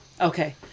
okay